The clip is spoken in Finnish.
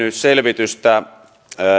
selvitystä